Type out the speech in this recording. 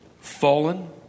Fallen